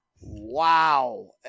wow